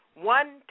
one